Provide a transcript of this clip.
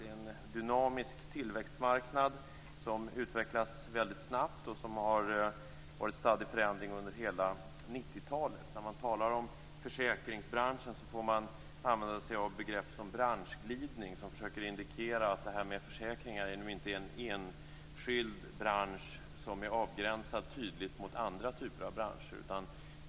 Det är en dynamisk tillväxtmarknad, som utvecklas väldigt snabbt och som har varit stadd i förändring under hela 90-talet. När man talar om försäkringsbranschen får man använda ett begrepp som "branschglidning", något som indikerar att försäkringar inte är en mot andra branscher tydligt avgränsad enskild bransch.